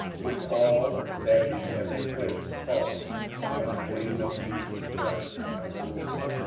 with all that in every place call upon the name of jesus christ our lord,